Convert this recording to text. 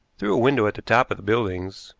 through a window at the top of the buildings,